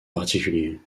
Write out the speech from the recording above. particulier